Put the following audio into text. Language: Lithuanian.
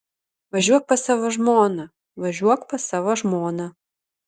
važiuok pas savo žmoną važiuok pas savo žmoną